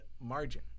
margin